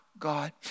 God